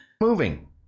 moving